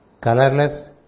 colorless